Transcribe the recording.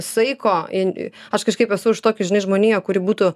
saiko in aš kažkaip esu už tokius žinai žmoniją kuri būtų